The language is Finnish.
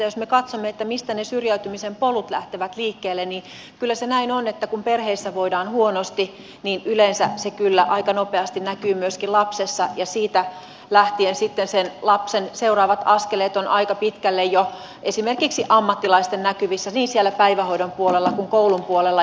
jos me katsomme mistä ne syrjäytymisen polut lähtevät liikkeelle niin kyllä se näin on että kun perheissä voidaan huonosti niin yleensä se kyllä aika nopeasti näkyy myöskin lapsessa ja siitä lähtien sitten sen lapsen seuraavat askeleet ovat aika pitkälle jo esimerkiksi ammattilaisten näkyvissä niin siellä päivähoidon puolella kuin koulun puolella